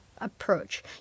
approach